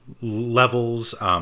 levels